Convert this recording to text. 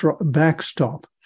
backstop